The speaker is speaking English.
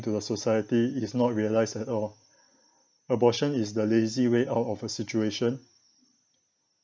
to the society is not realised at all abortion is the lazy way out of a situation